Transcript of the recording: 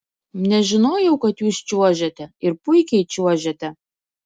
nežinojau kad jūs čiuožiate ir puikiai čiuožiate